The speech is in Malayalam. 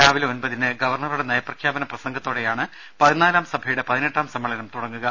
രാവിലെ ഒമ്പ തിന് ഗവർണറുടെ നയപ്രഖ്യാപന പ്രസംഗത്തോടെയാണ് പതിനാലാം സഭയുടെ പതിനെട്ടാം സമ്മേളനം തുടങ്ങുക